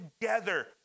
together